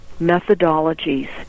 methodologies